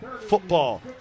football